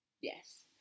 Yes